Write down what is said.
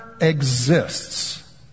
exists